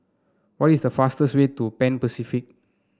what is the fastest way to Pan Pacific